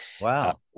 Wow